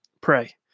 pray